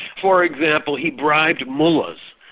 for example, he bribed mullahs,